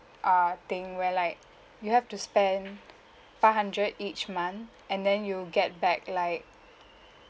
err thing where like you have to spend five hundred each month and then you'll get back like